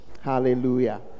Hallelujah